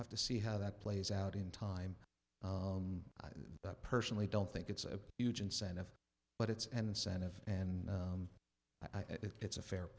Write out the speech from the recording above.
have to see how that plays out in time i personally don't think it's a huge incentive but it's an incentive and i think it's a fair